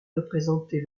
représenté